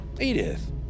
Edith